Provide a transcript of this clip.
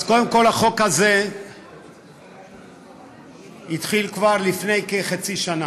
אז קודם כול, החוק הזה התחיל כבר לפני כחצי שנה,